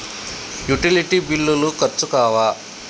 Utility బిల్లులు ఖర్చు కావా?